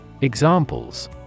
Examples